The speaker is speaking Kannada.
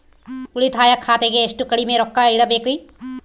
ಉಳಿತಾಯ ಖಾತೆಗೆ ಎಷ್ಟು ಕಡಿಮೆ ರೊಕ್ಕ ಇಡಬೇಕರಿ?